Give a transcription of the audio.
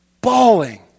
bawling